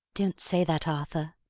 don't say that, arthur.